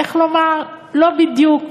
איך לומר, לא בדיוק